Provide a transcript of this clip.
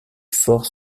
fort